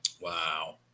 Wow